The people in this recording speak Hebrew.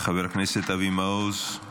חבר הכנסת אבי מעוז,